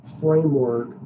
framework